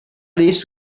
least